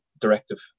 directive